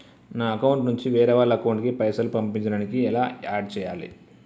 నా అకౌంట్ నుంచి వేరే వాళ్ల అకౌంట్ కి పైసలు పంపించడానికి ఎలా ఆడ్ చేయాలి?